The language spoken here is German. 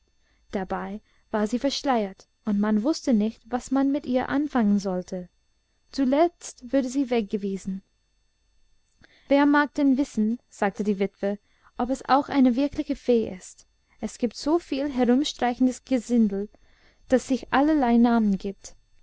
dabei war sie verschleiert und man wußte nicht was man mit ihr anfangen sollte zuletzt wurde sie weggewiesen wer mag denn wissen sagte die witwe ob es auch eine wirkliche fee ist es gibt soviel herumstreichendes gesindel das sich allerlei namen gibt